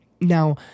Now